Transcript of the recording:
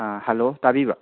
hello ꯇꯥꯕꯤꯕ꯭ꯔꯥ